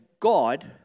God